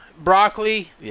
broccoli